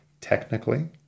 Technically